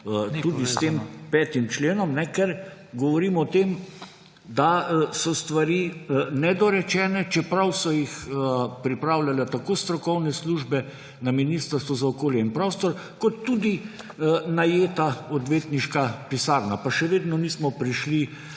tudi s tem 5. členom, ker govorim o tem, da so stvari nedorečene, čeprav so jih pripravljale tako strokovne službe na Ministrstvu za okolje in prostor kot tudi najeta odvetniška pisarna, pa še vedno nismo prišli